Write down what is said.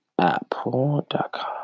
Apple.com